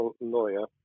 lawyer